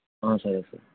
సరే సార్